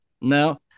No